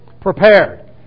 prepared